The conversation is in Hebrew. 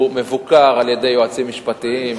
הוא מבוקר על-ידי יועצים משפטיים.